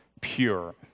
pure